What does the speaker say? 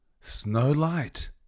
Snowlight